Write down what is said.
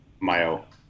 Mayo